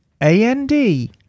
a-n-d